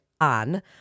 on